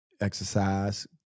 exercise